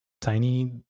tiny